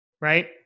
Right